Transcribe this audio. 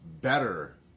better